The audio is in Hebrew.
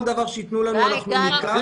כל דבר שיתנו לנו אנחנו ניקח.